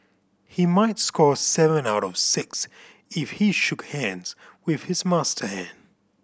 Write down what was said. he might score seven out of six if he shook hands with his master hand